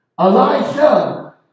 Elijah